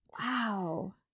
Wow